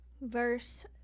verse